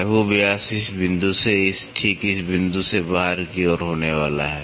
लघु व्यास इस बिंदु से ठीक इस बिंदु से बाहर की ओर होने वाला है